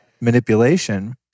manipulation